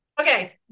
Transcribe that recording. Okay